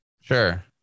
Sure